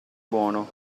buono